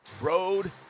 road